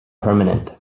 permanent